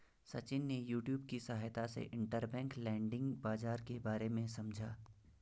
सचिन ने यूट्यूब की सहायता से इंटरबैंक लैंडिंग बाजार के बारे में समझा